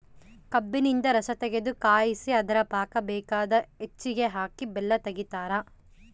ಕಬ್ಬಿನಿಂದ ರಸತಗೆದು ಕಾಯಿಸಿ ಅದರ ಪಾಕ ಬೇಕಾದ ಹೆಚ್ಚಿಗೆ ಹಾಕಿ ಬೆಲ್ಲ ತೆಗಿತಾರ